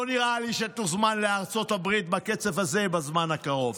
לא נראה לי שתוזמן לארצות הברית בקצב הזה בזמן הקרוב.